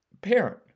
parent